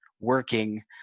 working